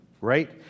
right